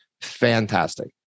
fantastic